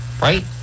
right